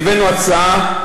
והבאנו הצעה,